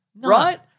right